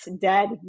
dead